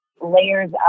layers